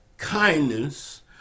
kindness